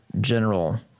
general